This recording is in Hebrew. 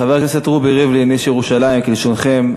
חבר הכנסת רובי ריבלין, איש ירושלים, כלשונכם,